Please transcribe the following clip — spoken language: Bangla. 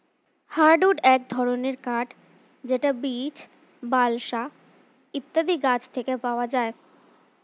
হার্ডউড এক ধরনের কাঠ যেটা বীচ, বালসা ইত্যাদি গাছ থেকে পাওয়া যায়